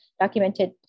documented